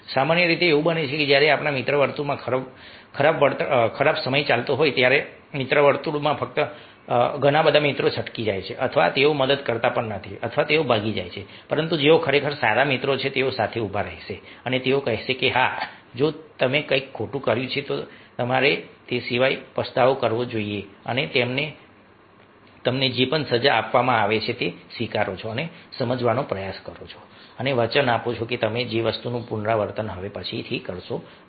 સામાન્ય રીતે એવું બને છે કે જ્યારે આપણા મિત્ર વર્તુળમાં ખરાબ સમય આવે છે મિત્ર વર્તુળમાં મિત્રો ફક્ત છટકી જાય છે અથવા તેઓ મદદ કરતા નથી અથવા તેઓ ભાગી જાય છે પરંતુ જેઓ ખરેખર સારા મિત્રો છે તેઓ સાથે ઉભા રહેશે અને તેઓ કહેશે કે હા જો તમે કંઈક ખોટું કર્યું છે તેથી તમારે સિવાય અને પસ્તાવો કરવો જોઈએ અને તમને જે પણ સજા આપવામાં આવે છે તે સ્વીકારો અને સમજવાનો પ્રયાસ કરો અને વચન આપો કે તમે તે જ વસ્તુનું પુનરાવર્તન કરશો નહીં